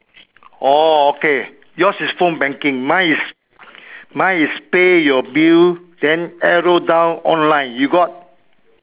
orh okay yours is phone banking my is my is pay your bill then arrow down online you got